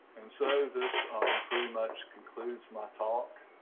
and so this pretty much concludes my talk.